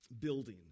building